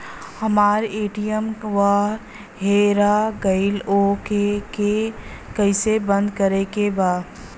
हमरा ए.टी.एम वा हेरा गइल ओ के के कैसे बंद करे के बा?